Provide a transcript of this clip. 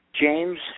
James